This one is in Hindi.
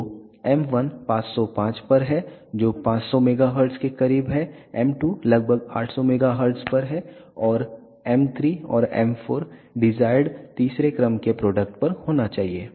तो एम 1 505 पर है जो 500 MHz के करीब है एम 2 लगभग 800 MHz पर है और एम 3 और एम 4 डिजायर्ड तीसरे क्रम के प्रोडक्ट पर होना चाहिए